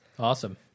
awesome